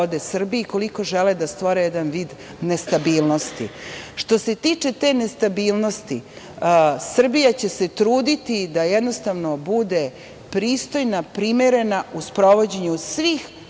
i koliko žele da stvore jedan vid nestabilnosti. Što se tiče te nestabilnosti, Srbija će se truditi da bude pristojna, primerena u sprovođenju svih